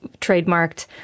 trademarked